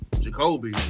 Jacoby